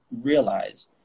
realize